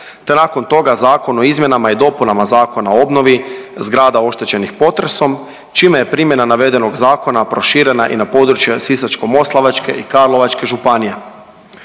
te nakon toga Zakon o izmjenama i dopunama Zakona o obnovi zgrada oštećenih potresom čime je primjena navedenog zakona proširena i na područje Sisačko-moslavačke i Karlovačke županije.